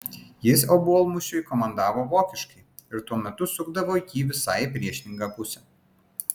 jis obuolmušiui komandavo vokiškai ir tuo metu sukdavo jį visai į priešingą pusę